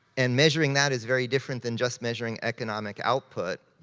and measuring that is very different than just measuring economic output.